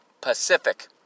Pacific